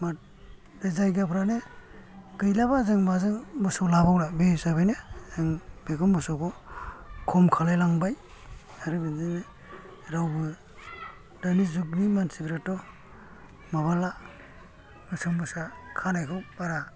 जायगाफ्रानो गैलाबा जों माजों मोसौ लाबावनो बे हिसाबैनो जों बेखौ मोसौखौ खम खालाय लांबाय आरो बिदिनो रावबो दानि जुगनि मानसिफ्राथ' माबाला मोसौ मोसा खानायखौ बारा